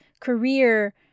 career